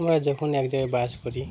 আমরা যখন এক জায়গায় বাস করি